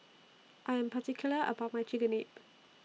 I Am particular about My Chigenabe